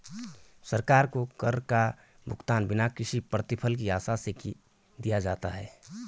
सरकार को कर का भुगतान बिना किसी प्रतिफल की आशा से दिया जाता है